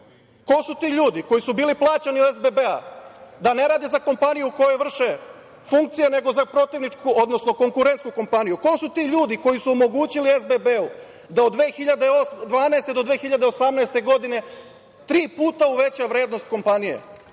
Ko su ti ljudi koji su bili plaćeni od SBB da ne radi za kompaniju u kojoj vrše funkcije, nego za protivničku, odnosno konkurentsku kompaniju? Ko su ti ljudi koji su omogućili SBB da od 2012. do 2018. godine tri puta uveća vrednost kompanije,